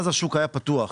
אז השוק היה פתוח.